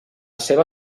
seva